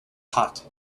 hot